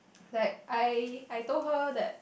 like I I told her that